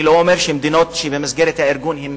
אני לא אומר שמדינות שהן במסגרת הארגון הן